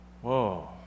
Whoa